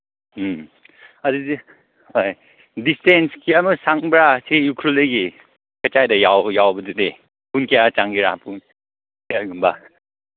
ꯎꯝ ꯑꯗꯨꯗꯤ ꯍꯣꯏ ꯗꯤꯁꯇꯦꯟꯁ ꯀꯌꯥꯃꯛ ꯁꯪꯕ꯭ꯔꯥ ꯁꯤ ꯎꯈ꯭ꯔꯨꯜꯗꯒꯤ ꯀꯆꯥꯏꯗ ꯌꯥꯎꯕꯗꯗꯤ ꯄꯨꯡ ꯀꯌꯥ ꯆꯪꯒꯦꯔꯥ ꯄꯨꯡ ꯀꯌꯥꯒꯨꯝꯕ